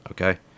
Okay